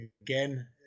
Again